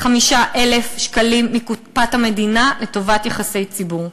שקלים מקופת המדינה לטובת יחסי ציבור,